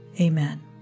Amen